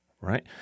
right